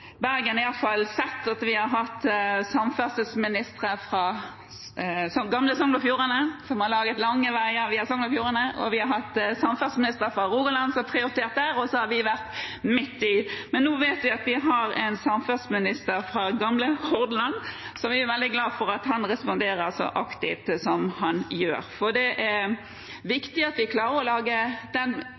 Bergen har iallfall sett at vi har hatt samferdselsministre fra gamle Sogn og Fjordane som har laget lange veier via Sogn og Fjordane, og vi har hatt samferdselsministre fra Rogaland som har prioritert det området, og så har vi vært midt i. Men nå vet vi at vi har en samferdselsminister fra gamle Hordaland, og vi er veldig glade for at han responderer så aktivt som han gjør. For det er viktig at vi klarer å lage